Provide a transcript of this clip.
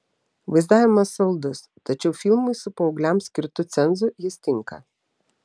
vaizdavimas saldus tačiau filmui su paaugliams skirtu cenzu jis tinka